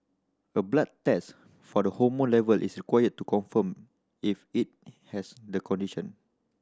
a blood test for the hormone level is required to confirm if it has the condition